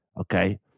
okay